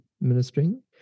ministering